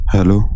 Hello